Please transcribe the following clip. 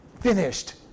finished